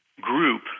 group